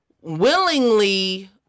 willingly –